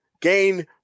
gain